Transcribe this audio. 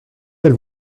elle